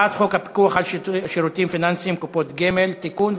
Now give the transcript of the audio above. הצעת חוק הפיקוח על שירותים פיננסיים (קופות גמל) (תיקון).